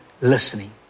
listening